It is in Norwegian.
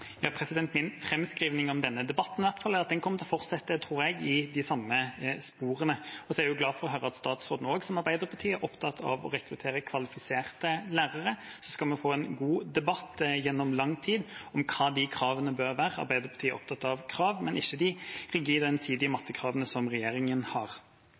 Min framskriving om denne debatten i hvert fall er at jeg tror den kommer til fortsette i de samme sporene. Så er jeg glad for å høre at statsråden også, som Arbeiderpartiet, er opptatt av å rekruttere kvalifiserte lærere. Vi skal nok få en god debatt over lang tid om hva de kravene bør være. Arbeiderpartiet er opptatt av krav, men ikke de rigide og ensidige mattekravene som regjeringen har.